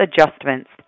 adjustments